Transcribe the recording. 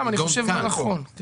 אני חושב מה יותר נכון.